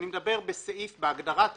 אני מדבר בסעיף "בהגדרת הרשות"